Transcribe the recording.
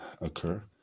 occur